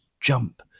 jump